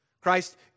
Christ